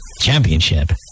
championship